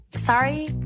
sorry